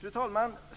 Fru talman!